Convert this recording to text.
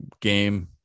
game